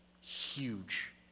Huge